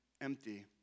empty